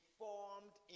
formed